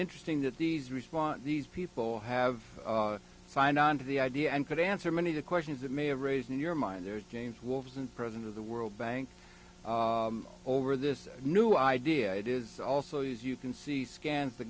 interesting that these response these people have signed on to the idea and could answer many of the questions that may have raised in your my there's james wolves and president of the world bank over this new idea it is also as you can see scans the